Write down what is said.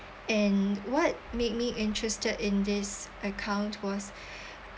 and what made me interested in this account was